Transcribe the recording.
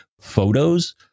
photos